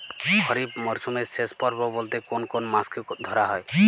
খরিপ মরসুমের শেষ পর্ব বলতে কোন কোন মাস কে ধরা হয়?